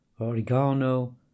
oregano